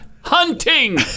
hunting